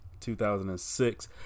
2006